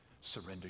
Surrender